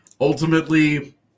ultimately